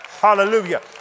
Hallelujah